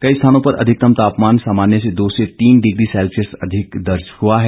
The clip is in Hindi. कई स्थानों पर अधिकतम तापमान सामान्य से दो से तीन डिग्री सेल्सियस अधिक दर्ज हुआ है